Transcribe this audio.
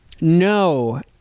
No